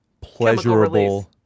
pleasurable